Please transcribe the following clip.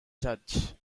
judge